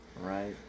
right